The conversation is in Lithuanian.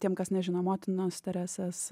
tiem kas nežino motinos teresės